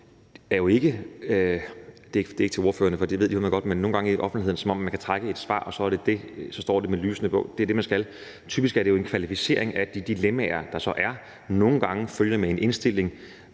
Det er ikke til ordførerne, for det ved de udmærket godt, men nogle gange er det i offentligheden sådan, at man tror, at man kan trække et svar, og så er det det, og så står det med lysende bogstaver, at det er det, man skal. Typisk er det jo en kvalificering af de dilemmaer, der så er. Nogle gange følger en indstilling